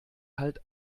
halt